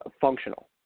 functional